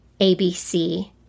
ABC